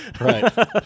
right